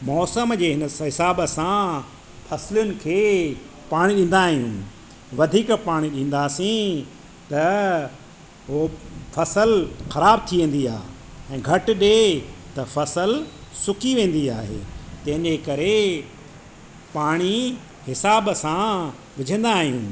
मौसम जे हिन हिसाब सां फसलुनि खे पाणी ॾींदा आहियूं वधीक पाणी ॾींदासीं त हो फसल ख़राब थी वेंदी आहे ऐं घटि ॾिए त फसल सुकी वेंदी आहे तंहिंजे करे पाणी हिसाब सां विझंदा आहियूं